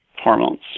hormones